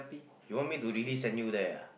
you want to me really send you there ah